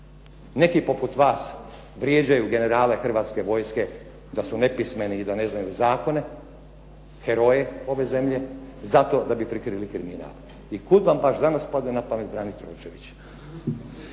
neki poput vas vrijeđaju generale Hrvatske vojske da su nepismeni i da ne znaju zakone, heroje ove zemlje zato da bi prikrili kriminal. I kud vam baš danas padne na pamet braniti Rončevića.